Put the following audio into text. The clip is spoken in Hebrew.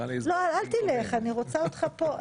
לא, אל תלך, אני רוצה אותך פה.